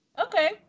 Okay